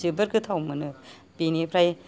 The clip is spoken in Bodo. जोबोर गोथाव मोनो बिनिफ्राय